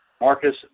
Marcus